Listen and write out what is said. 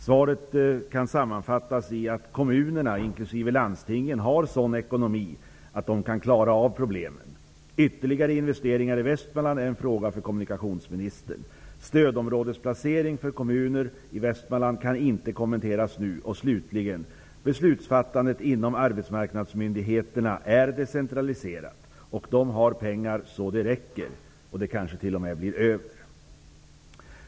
Svaret kan sammanfattas i att kommunerna, inklusive landstingen, har sådan ekonomi att de kan klara av problemen, att ytterligare investeringar i Västmanland är en fråga för kommunikationsministern, att stödområdesplacering för kommuner inte kan kommenteras nu och slutligen att beslutsfattandet inom arbetsmarknadsmyndigheterna är decentraliserat och att de har pengar så det räcker och kanske t.o.m. blir över.